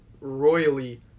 royally